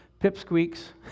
pipsqueaks